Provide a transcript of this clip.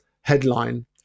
headline